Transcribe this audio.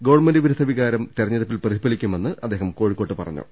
government വിരുദ്ധ വികാരം തിരഞ്ഞെടുപ്പിൽ പ്രതിഫലിക്കുമെന്ന് അദ്ദേഹം കോഴിക്കോട്ട് പറഞ്ഞു